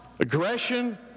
Aggression